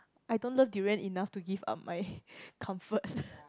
I don't love durian enough to give up my comfort